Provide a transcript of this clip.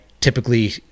typically